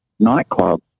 Nightclub